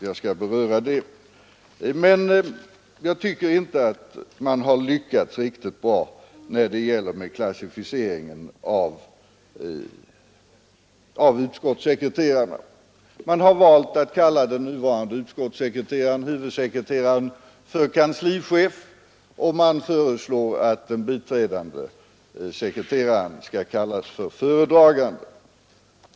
Jag tycker inte att man lyckats så bra i klassificeringen av utskottssekreterarna i det förslag som föreligger. Man har valt att kalla den nuvarande huvudsekreteraren för kanslichef, och man föreslår att den biträdande sekreteraren skall kallas föredragande.